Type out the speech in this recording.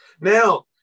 Now